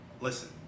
listen